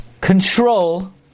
control